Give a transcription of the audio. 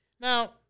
Now